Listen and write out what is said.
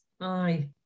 Aye